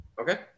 Okay